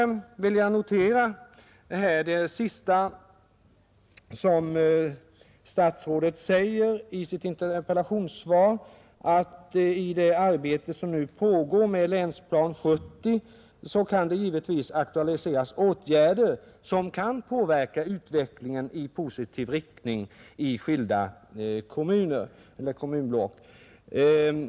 Jag vill sedan notera att inrikesministern i slutet av sitt interpellationssvar säger att det i arbetet med Länsprogram 1970 givetvis kan ”aktualiseras åtgärder som kan påverka utvecklingen i positiv riktning i de skilda kommunblocken”.